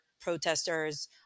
protesters